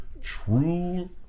true